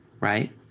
Right